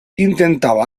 intentava